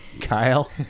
Kyle